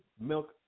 milk